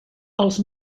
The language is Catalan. els